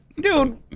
Dude